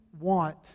want